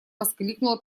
воскликнула